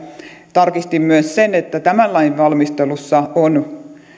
tarkistin myös sen että tämän lain valmistelussa on